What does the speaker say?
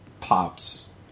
Pops